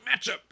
matchup